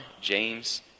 James